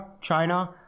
China